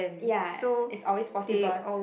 ya it's always possible